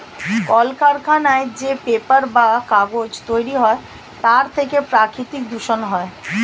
কলকারখানায় যে পেপার বা কাগজ তৈরি হয় তার থেকে প্রাকৃতিক দূষণ হয়